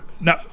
No